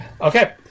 Okay